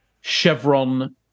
Chevron